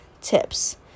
tips